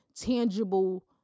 tangible